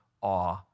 awe